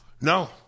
No